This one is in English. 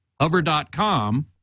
Hover.com